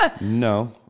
no